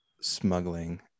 smuggling